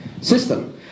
system